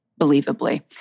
believably